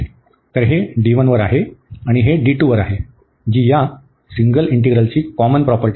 तर हे वर आहे आणि हे वर आहे जी या सिंगल इंटिग्रलची कॉमन प्रॉपर्टी आहे